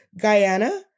Guyana